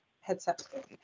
headset